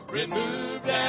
removed